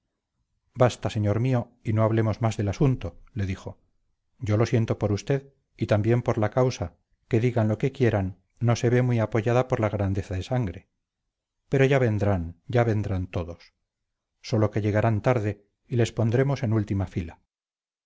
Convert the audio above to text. basta señor mío y no hablemos más del asunto le dijo yo lo siento por usted y también por la causa que digan lo que quieran no se ve muy apoyada por la grandeza de sangre pero ya vendrán ya vendrán todos sólo que llegarán tarde y les pondremos en última fila